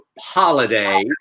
holiday